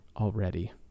already